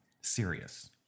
serious